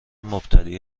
مبتدی